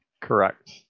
Correct